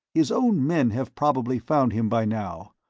his own men have probably found him by now.